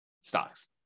stocks